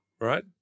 right